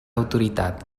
autoritat